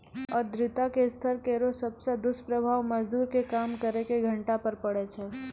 आर्द्रता के स्तर केरो सबसॅ दुस्प्रभाव मजदूर के काम करे के घंटा पर पड़ै छै